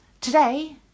today